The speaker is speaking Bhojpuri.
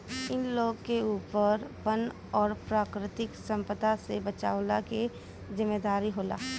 इ लोग के ऊपर वन और प्राकृतिक संपदा से बचवला के जिम्मेदारी होला